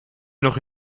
nog